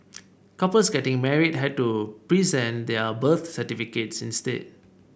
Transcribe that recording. couples getting married had to present their birth certificates instead